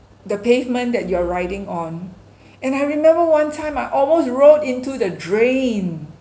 the pavement that you are riding on and I remember one time I almost rolled into the drain